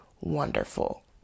wonderful